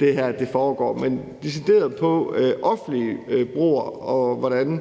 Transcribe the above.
det her foregår. Men decideret i forhold til offentlige broer og hvordan